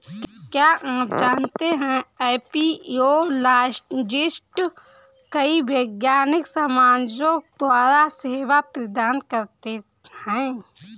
क्या आप जानते है एपियोलॉजिस्ट कई वैज्ञानिक समाजों द्वारा सेवा प्रदान करते हैं?